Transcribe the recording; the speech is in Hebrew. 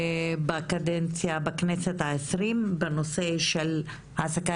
בקדנציה בכנסת ה-20 בנושא של העסקה